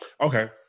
okay